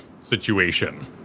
situation